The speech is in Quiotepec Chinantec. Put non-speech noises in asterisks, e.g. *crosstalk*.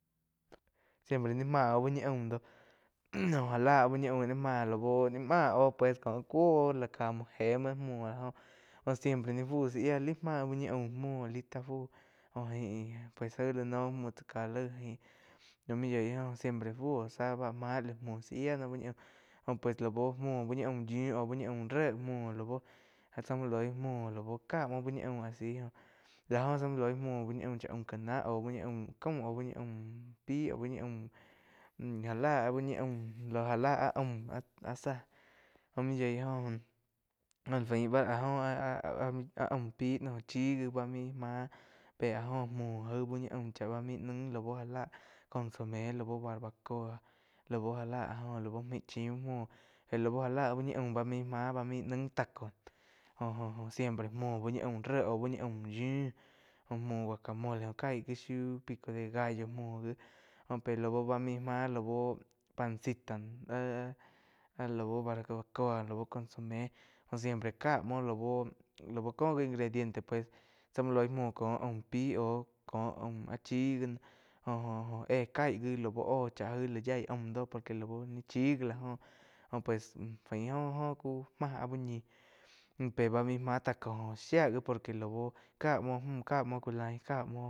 Siempre naí máh óh úh ñi aum *noise* já la úh ñi aum naí máh laú máh óh pues có cuo óh cá muo éh muo múo la jó oh siempre lá jé muo naí fu zá yía laig má áh úh ñi aum muo lita jo jaín pues jaí lá noh múo tsá ká laig jo muo yoih óh siempre fu óh zá bá máh la muo zá yía do úh li aum jo pues lau muo úh ñi aum yíu au buh ñi aun ré muo laú zá muo loí muo laú ká muo bu ñi aum a si. Lá joh zá muo loí muo bú ñi aum cha aum ká náh au bu ñi aum pi auh úh ñi aum já lá uh ñi aum já lá áh aum áh-áh jo muo yói joh fain bá áh joh ah-ah-ah aum pi chi gi bá main máh pe áh joh muo uh ñi aum chá bá main naig lau já lá consume lau barbacoa lau já la áh joh lau maíh chim muo, muoh laú já la úh ñi aum bá main máh báh main naig taco jo-jo siempre muo úh ñi aum ré auh úh ñi aum yíu jo muo guacamole óh caig gi shiu pico de gallo muoh gi pe lau bá main máh lau pancita áh-áh lau barbacoa lau consume jo siempre ká muo laú koh gi ingrediente zá muo lig muo kó aum pi au cóh áh aum áh chi gi jo-jo éh caig gi lau óh chá jai la yaí aum do por que chíí gi la joh jo pues baí joh máh áh úh ñih mjú pe bá main máh taco shía gi por que lau ka muo mú ká muo ku lain ka muo.